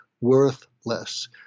worthless